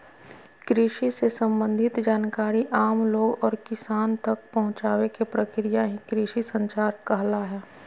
कृषि से सम्बंधित जानकारी आम लोग और किसान तक पहुंचावे के प्रक्रिया ही कृषि संचार कहला हय